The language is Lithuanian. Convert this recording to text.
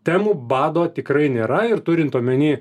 temų bado tikrai nėra ir turint omeny